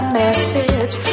message